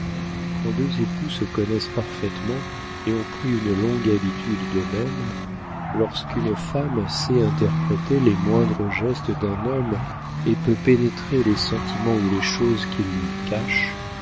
quand deux époux se connaissent parfaitement et ont pris une longue habitude d'eux-mêmes lorsqu'une femme sait interpréter les moindres gestes d'un homme et peut pénétrer les sentiments ou les choses qu'il lui cache